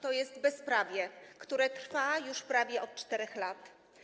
To jest bezprawie, które trwa już prawie od 4 lat.